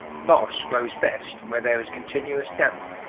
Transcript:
moss grows best where there is continuous damp,